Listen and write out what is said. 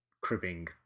cribbing